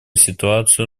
ситуацию